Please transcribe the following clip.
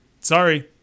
Sorry